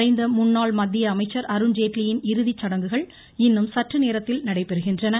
மறைந்த முன்னாள் மத்திய அமைச்சர் அருண்ஜேட்லியின் இறுதிச்சடங்குகள் இன்னும் சற்று நேரத்தில் நடைபெறுகின்றன